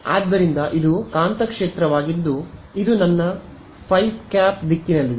ಆದ್ದರಿಂದಇದು ಕಾಂತಕ್ಷೇತ್ರವಾಗಿದ್ದು ಇದು ನನ್ನ ϕˆ ದಿಕ್ಕಿನಲ್ಲಿದೆ